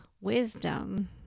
wisdom